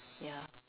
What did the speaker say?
ya